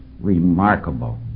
remarkable